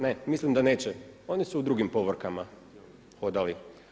Ne, mislim da neće, oni su u drugim povorkama hodali.